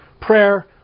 prayer